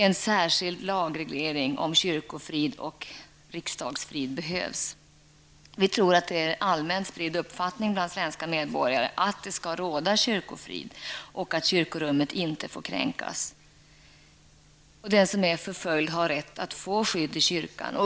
En särskild lagreglering om kyrkofrid och riksdagsfrid behövs. Vi tror att det är en allmänt spridd uppfattning bland svenska medborgare att det skall råda kyrkofrid och att kyrkorummet inte får kränkas. Den som är förföljd har rätt att få skydd i kyrkan.